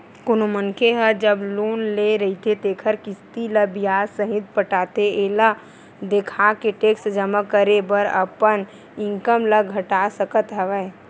कोनो मनखे ह जब लोन ले रहिथे तेखर किस्ती ल बियाज सहित पटाथे एला देखाके टेक्स जमा करे बर अपन इनकम ल घटा सकत हवय